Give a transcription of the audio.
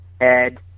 Ed